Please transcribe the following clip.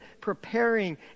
preparing